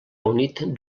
unit